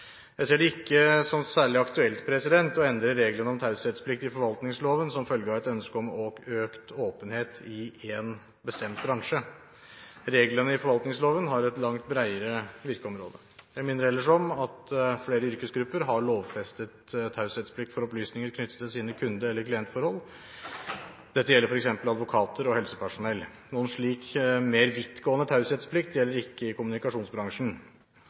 Jeg ser det ikke som særlig aktuelt å endre reglene om taushetsplikt i forvaltningsloven som følge av et ønske om økt åpenhet i én bestemt bransje. Reglene i forvaltningsloven har et langt bredere virkeområde. Jeg minner ellers om at flere yrkesgrupper har lovfestet taushetsplikt for opplysninger knyttet til sine kunde- eller klientforhold. Dette gjelder f.eks. advokater og helsepersonell. Noen slik mer vidtgående taushetsplikt gjelder ikke i kommunikasjonsbransjen.